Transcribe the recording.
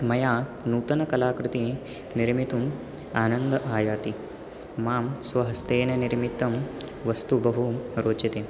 मया नूतनकलाकृतिं निर्मितुम् आनन्दः आयाति मां स्वहस्तेन निर्मित्तं वस्तु बहु रोचते